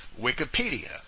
Wikipedia